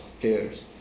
players